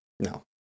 No